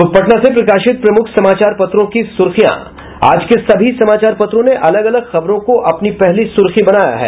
अब पटना से प्रकाशित प्रमुख समाचार पत्रों की सुर्खियां आज के सभी समाचार पत्रों ने अलग अलग खबरों को अपनी पहली सुर्खी बनाया है